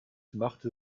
machte